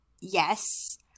yes